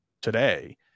today